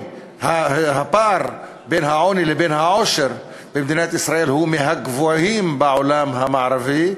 שהפער בין העוני לבין העושר במדינת ישראל הוא מהגבוהים בעולם המערבי.